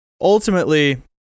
ultimately